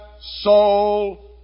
soul